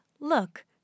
Look